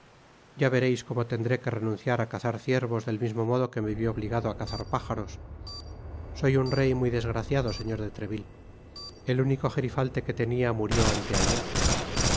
ya vereis como tendré que renunciar á cazar ciervos del mismo modo que me vi obligado á cazar pájaros soy un rey muy desgraciado señor de treville el único gerifalte que tenia murió anteayer